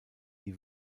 die